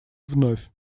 вновь